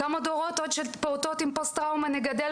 כמה עוד דורות של פעוטות עם פוסט טראומה נגדל